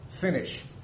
finish